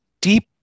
deep